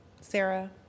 Sarah